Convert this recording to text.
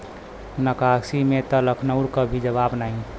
नक्काशी में त लखनऊ क भी जवाब नाही